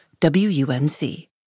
WUNC